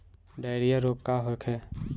Diarrhoea रोग का होखे?